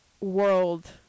world